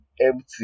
empty